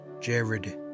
Jared